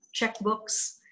checkbooks